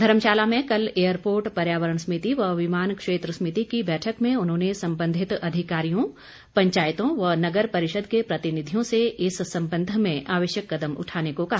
धर्मशाला में कल एयरपोर्ट पर्यावरण समिति व विमान क्षेत्र समिति की बैठक में उन्होंने संबंधित अधिकारियों पंचायतों व नगर परिषद के प्रतिनिधियों से इस संबंध में आवश्यक कदम उठाने को कहा